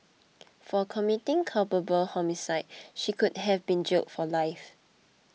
for committing culpable homicide she could have been jailed for life